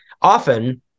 often